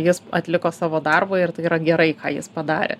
jis atliko savo darbą ir tai yra gerai ką jis padarė